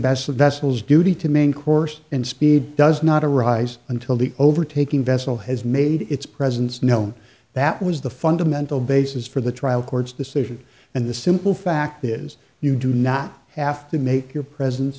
vessel vessels duty to main course and speed does not arise until the overtaking vessel has made its presence known that was the fundamental basis for the trial court's decision and the simple fact is you do not have to make your presence